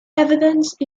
evidence